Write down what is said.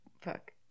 Fuck